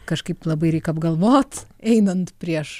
kažkaip labai reik apgalvot einant prieš